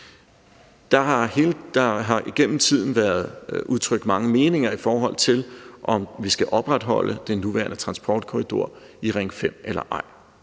Der har igennem tiden været udtrykt mange meninger, i forhold til om vi skal opretholde den nuværende transportkorridor i Ring 5 eller ej.